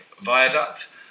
Viaduct